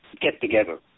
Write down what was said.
get-together